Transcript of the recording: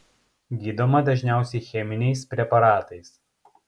gydoma dažniausiai cheminiais preparatais